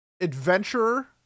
Adventurer